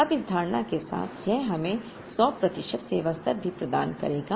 अब इस धारणा के साथ यह हमें 100 प्रतिशत सेवा स्तर भी प्रदान करेगा